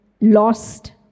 lost